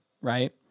Right